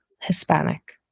Hispanic